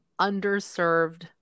underserved